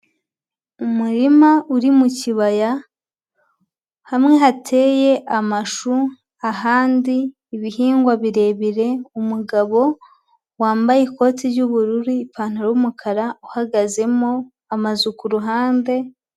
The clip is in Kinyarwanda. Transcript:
Umurima uri mu kibaya, hamwe hateye amashu ahandi ibihingwa birebire, umugabo wambaye ikoti ry'ubururu, ipantaro y'umukara uhagazemo, amazu ku ruhande.